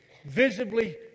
Visibly